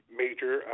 major